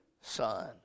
son